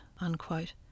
unquote